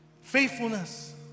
faithfulness